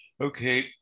Okay